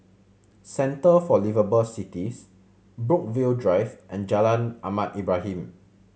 Centre for Liveable Cities Brookvale Drive and Jalan Ahmad Ibrahim